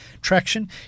traction